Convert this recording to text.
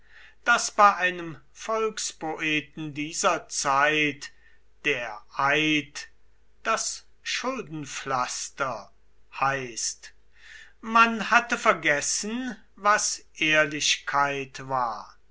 daß bei einem volkspoeten dieser zeit der eid das schuldenpflaster heißt man hatte vergessen was ehrlichkeit war